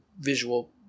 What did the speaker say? visual